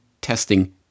testing